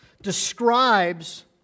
describes